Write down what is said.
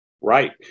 Right